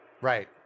Right